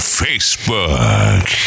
facebook